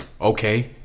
okay